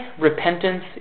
repentance